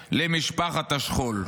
עוד למשפחת השכול.